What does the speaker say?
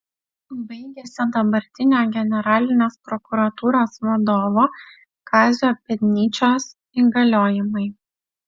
baigiasi dabartinio generalinės prokuratūros vadovo kazio pėdnyčios įgaliojimai